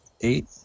eight